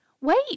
Wait